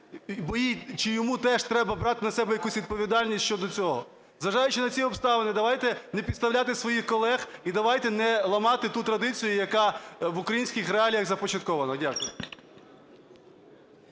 бо їй чи йому теж треба брати на себе якусь відповідальність щодо цього. Зважаючи на ці обставини, давайте не підставляти своїх колег і давайте не ламати ту традицію, яка в українських реаліях започаткована. Дякую.